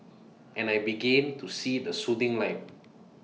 and I begin to see the soothing light